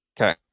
okay